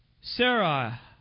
Sarah